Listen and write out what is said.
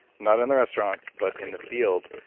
not in the restaurant, but in the field.